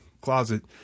closet